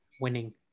winning